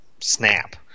snap